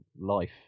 life